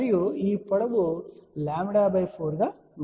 మరియు ఈ పొడవు λ 4 గా ఉండాలి